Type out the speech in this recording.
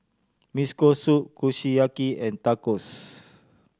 Miso Soup Kushiyaki and Tacos